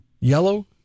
yellow